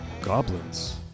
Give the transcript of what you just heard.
Goblins